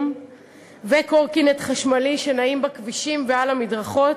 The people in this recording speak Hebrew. וקורקינטים חשמליים שנעים בכבישים ועל המדרכות.